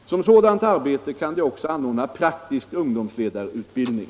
Som sådant arbete kan de också anordna praktisk ungdomsledarutbildning.